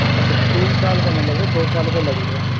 अच्छा तीन साल का नहीं लगेगा दो साल का लगेगा